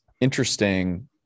interesting